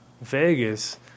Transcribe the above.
Vegas